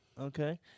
Okay